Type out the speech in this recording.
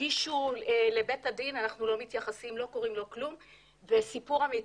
סיפור אמיתי.